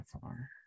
far